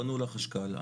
פנו לחשכ"ל,